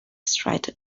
straight